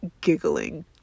giggling